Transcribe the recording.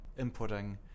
inputting